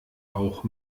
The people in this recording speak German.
auch